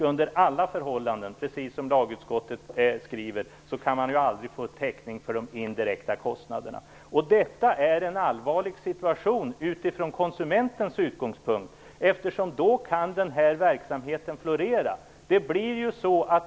Under alla förhållanden kan man aldrig - precis som lagutskottet skriver - få täckning för de indirekta kostnaderna. Detta är en allvarlig situation för konsumenten. Då kan den här verksamheten florera.